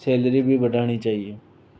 salary भी बढ़ानी चाहिए